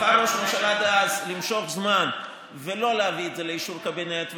בחר ראש הממשלה דאז למשוך זמן ולא להביא את זה לאישור קבינט,